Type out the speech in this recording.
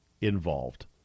involved